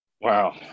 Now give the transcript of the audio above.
wow